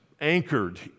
anchored